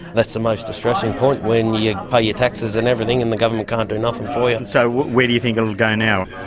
that's the most distressing point, when you pay your taxes and everything and the government can't do nothing for you. and so where do you think it'll go now?